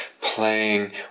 playing